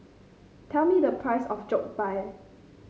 tell me the price of Jokbal